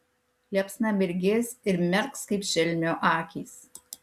liepsna mirgės ir merks kaip šelmio akys